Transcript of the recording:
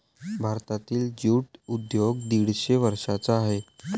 भारतातील ज्यूट उद्योग दीडशे वर्षांचा आहे